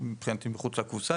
מבחינתי מחוץ לקופסא,